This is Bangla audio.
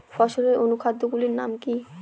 ফসলের অনুখাদ্য গুলির নাম কি?